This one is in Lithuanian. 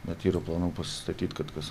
bet yra planų pasistatyt kad kas